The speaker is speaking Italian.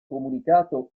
comunicato